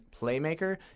playmaker